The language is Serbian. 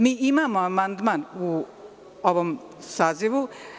Mi imamo amandman u ovom sazivu.